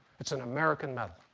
it's an american metal.